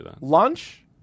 lunch